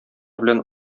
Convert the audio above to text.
белән